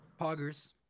Poggers